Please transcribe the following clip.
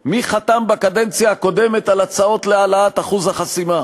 מי חתם בקדנציה הקודמת על הצעות להעלאת אחוז החסימה.